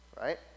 right